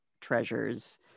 treasures